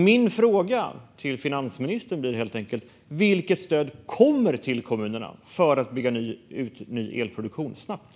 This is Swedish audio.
Min fråga till finansministern blir helt enkelt: Vilket stöd kommer till kommunerna för att bygga ut ny elproduktion snabbt?